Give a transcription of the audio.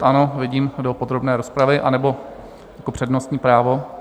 Ano, vidím, do podrobné rozpravy, anebo jako přednostní právo?